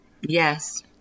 Yes